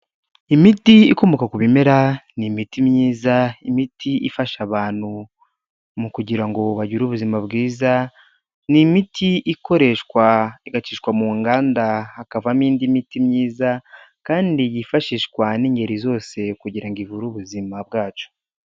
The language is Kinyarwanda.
Imiti ikomoka ku bimera ni imiti myiza, imiti ifasha abantu mu kugira ngo bagire ubuzima bwiza, ni imiti ikoreshwa igacishwa mu nganda hakavamo indi miti myiza kandi yifashishwa n'ingeri zose kugira ngo ivure ubuzima bwacu.